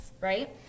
right